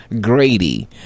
Grady